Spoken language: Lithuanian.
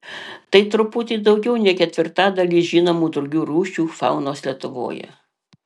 tai truputį daugiau nei ketvirtadalis žinomų drugių rūšių faunos lietuvoje